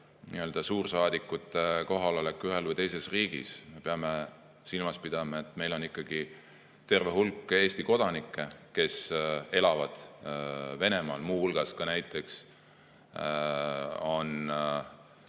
suursaadikute kohalolek ühes või teises riigis. Me peame silmas pidama, et meil on ikkagi terve hulk Eesti kodanikke, kes elavad Venemaal. Neid on